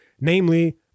Namely